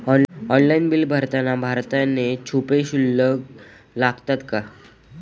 Online bill भरताना छुपे शुल्क लागतात का?